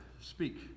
speak